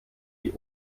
die